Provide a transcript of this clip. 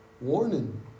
warning